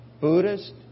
Buddhist